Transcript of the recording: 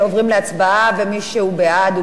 הוא בעד להעביר את הנושא לוועדת העבודה והרווחה,